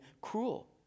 cruel